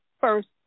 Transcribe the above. first